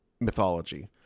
mythology